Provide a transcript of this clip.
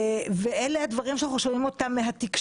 אלה הדברים שאנחנו שומעים מהתקשורת.